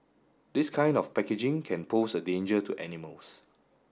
this kind of packaging can pose a danger to animals